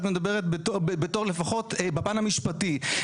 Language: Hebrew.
ואת מדברת בפן המשפטי.